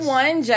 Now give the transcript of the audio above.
one